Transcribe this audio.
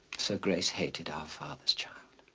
so grace hated our fathers child.